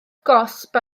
gosb